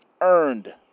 earned